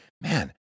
man